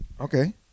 Okay